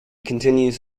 continues